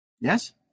Yes